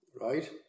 Right